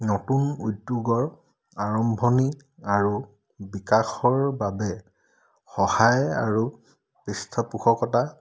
নতুন উদ্যোগৰ আৰম্ভণি আৰু বিকাশৰ বাবে সহায় আৰু পৃষ্ঠপোষকতা